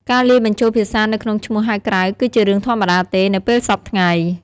ការលាយបញ្ចូលភាសានៅក្នុងឈ្មោះហៅក្រៅគឺជារឿងធម្មតាទេ នៅពេលសព្វថ្ងៃ។